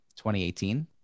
2018